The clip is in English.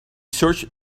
search